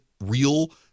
real